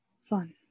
fun